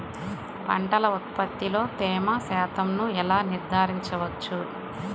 పంటల ఉత్పత్తిలో తేమ శాతంను ఎలా నిర్ధారించవచ్చు?